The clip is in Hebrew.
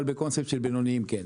אבל בקונספט של בינוניים כן.